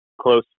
close